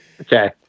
Okay